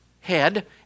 head